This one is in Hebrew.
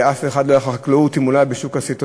ואף אחד לא היה בחקלאות אם הוא לא היה בשוק הסיטונאי.